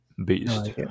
beast